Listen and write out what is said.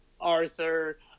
Arthur